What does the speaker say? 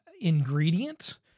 ingredient